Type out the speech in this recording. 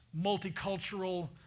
multicultural